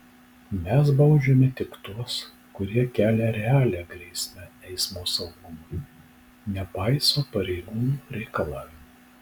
mes baudžiame tik tuos kurie kelia realią grėsmę eismo saugumui nepaiso pareigūnų reikalavimų